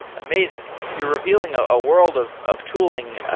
amazing. you're revealing a ah world of of tooling,